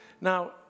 Now